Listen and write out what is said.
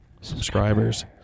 subscribers